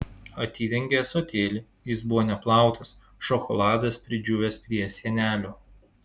atidengė ąsotėlį jis buvo neplautas šokoladas pridžiūvęs prie sienelių